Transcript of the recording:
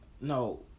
No